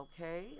okay